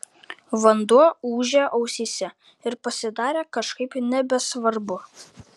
vanduo ūžė ausyse ir pasidarė kažkaip nebesvarbu